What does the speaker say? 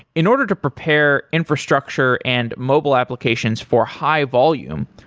in order to prepare infrastructure and mobile applications for high volume,